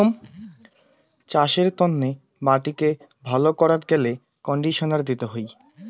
চাসের তন্নে মাটিকে ভালো করাত গ্যালে কন্ডিশনার দিতে হই